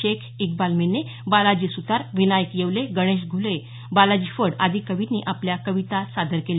शेख इक्बाल मिन्ने बालाजी सुतार विनायक येवले गणेश घुले बालाजी फड आदी कवींनी आपल्या कविता सादर केल्या